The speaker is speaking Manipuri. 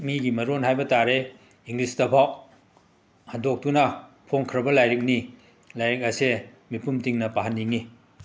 ꯃꯤꯒꯤ ꯃꯔꯣꯟ ꯍꯥꯏꯕ ꯇꯥꯔꯦ ꯏꯪꯂꯤꯁꯇꯐꯧ ꯍꯟꯗꯣꯛꯇꯨꯅ ꯐꯣꯡꯈ꯭ꯔꯕ ꯂꯥꯏꯔꯤꯛꯅꯤ ꯂꯥꯏꯔꯤꯛ ꯑꯁꯦ ꯃꯤꯄꯨꯝ ꯇꯤꯡꯅ ꯄꯥꯍꯟꯅꯤꯡꯏ